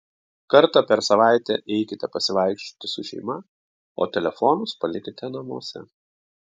kartą per savaitę eikite pasivaikščioti su šeima o telefonus palikite namuose